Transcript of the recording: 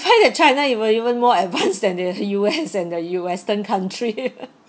find that china were even more advanced than the U_S and the eu~ western country